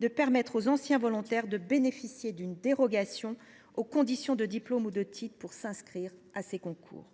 de permettre aux anciens volontaires de bénéficier d’une dérogation aux conditions de diplôme ou de titre pour s’inscrire à ces concours.